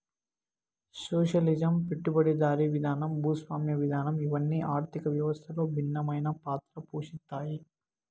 socialism పెట్టుబడిదారీ విధానం భూస్వామ్య విధానం ఇవన్ని ఆర్థిక వ్యవస్థలో భిన్నమైన పాత్ర పోషిత్తాయి